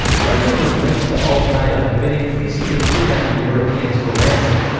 gunmen with links to al-qaeda have been increasingly kidnapping europeans for ransom.